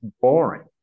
boring